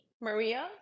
Maria